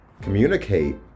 communicate